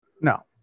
No